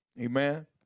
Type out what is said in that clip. Amen